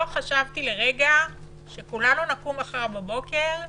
לא חשבתי לרגע שכולנו נקום מחר בבוקר ונגיד: